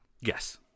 Yes